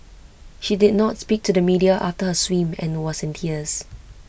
she did not speak to the media after her swim and was in tears